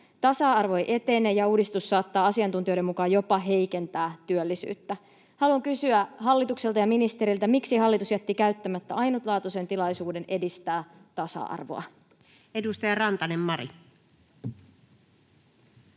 Tasa-arvo ei etene, ja uudistus saattaa asiantuntijoiden mukaan jopa heikentää työllisyyttä. Haluan kysyä hallitukselta ja ministeriltä: miksi hallitus jätti käyttämättä ainutlaatuisen tilaisuuden edistää tasa-arvoa? [Speech 222]